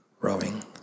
rowing